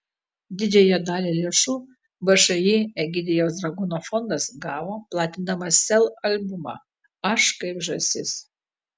didžiąją dalį lėšų všį egidijaus dragūno fondas gavo platindamas sel albumą aš kaip žąsis